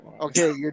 Okay